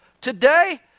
Today